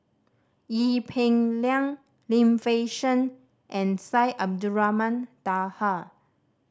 Ee Peng Liang Lim Fei Shen and Syed Abdulrahman Taha